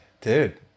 dude